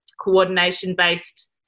coordination-based